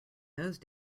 those